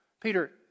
Peter